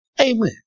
Amen